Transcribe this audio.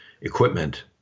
equipment